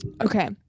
Okay